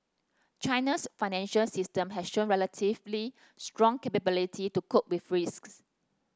China's financial system has shown relatively strong capability to cope be risks